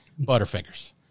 Butterfingers